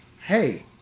Hey